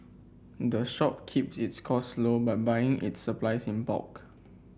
the shop keeps its costs low by buying its supplies in bulk